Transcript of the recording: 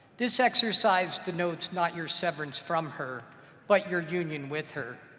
this exercise denotes not your severance from her but your union with her.